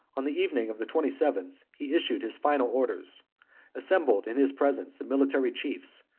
on the evening of the twenty-seventh, he issued his final orders assembled in his presence the military chiefs,